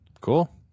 Cool